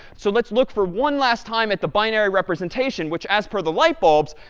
so let's look for one last time at the binary representation, which, as per the light bulbs,